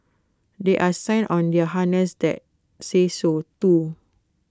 there are sign on their harness that say so too